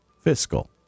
fiscal